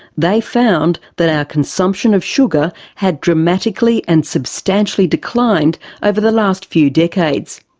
they found that our consumption of sugar had dramatically and substantially declined over the last few decades.